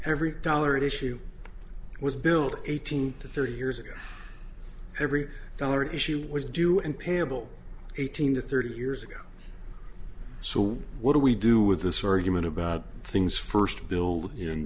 every dollar it issue was billed eighteen to thirty years ago every dollar issue was due and payable eighteen to thirty years ago so what do we do with this or human about things first bill